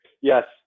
yes